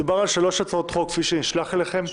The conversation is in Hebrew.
מדובר בשלוש הצעות חוק, כפי שנשלח אליכם.